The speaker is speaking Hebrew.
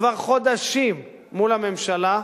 כבר חודשים מול הממשלה,